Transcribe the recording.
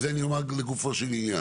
ואת זה אני אומר לגופו של עניין,